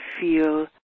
feel